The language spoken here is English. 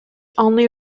only